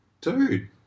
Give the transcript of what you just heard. dude